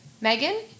Megan